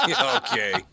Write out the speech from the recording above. Okay